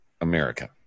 America